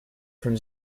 from